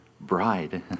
bride